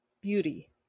beauty